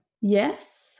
Yes